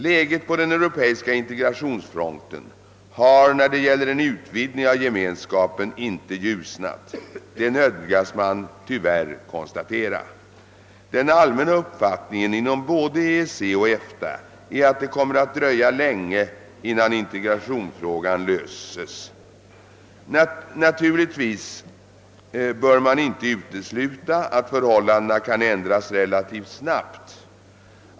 Läget på den europeiska integrationsfronten har när det gäller en utvidg Ning av Gemenskapen inte ljusnat, det NÖdgas man tyvärr konstatera. Den all Männa uppfattningen inom både EEC Och EFTA är att det kommer att dröja Ange innan integrationsfrågan löses. Naturligtvis bör man inte wutesluta at förhållandena kan ändras relativt 2 snabbt.